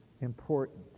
important